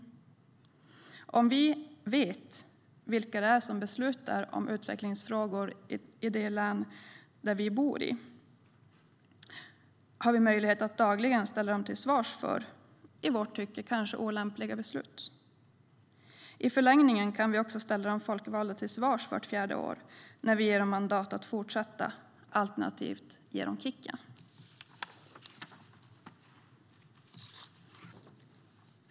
Om vi vet vilka som beslutar i utvecklingsfrågor i det län vi bor i har vi möjlighet att dagligen ställa dem till svars för i vårt tycke kanske olämpliga beslut. I förlängningen kan vi vart fjärde år ställa de folkvalda till svars när vi ger dem mandat att fortsätta alternativt ger dem kicken.